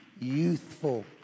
youthful